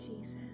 Jesus